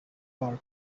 park